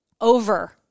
Over